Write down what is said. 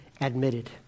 admitted